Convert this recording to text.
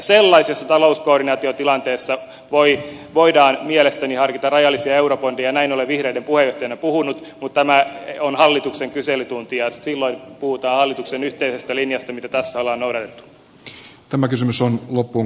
sellaisessa talouskoordinaatiotilanteessa voidaan mielestäni harkita rajallisia eurobondeja näin olen vihreiden puheenjohtajana puhunut mutta tämä on hallituksen kyselytunti ja silloin puhutaan hallituksen yhteisestä linjasta mitä tässä ollaan noudatettu